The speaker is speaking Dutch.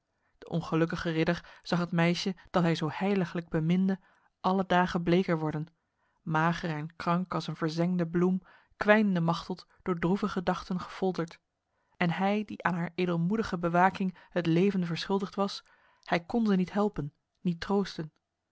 de ongelukkige ridder zag het meisje dat hij zo heiliglijk beminde alle dag bleker worden mager en krank als een verzengde bloem kwijnde machteld door droeve gedachten gefolterd en hij die aan haar edelmoedige bewaking het leven verschuldigd was hij kon ze niet helpen niet troosten